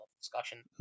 discussion